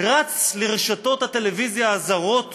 רץ לרשתות הטלוויזיה הזרות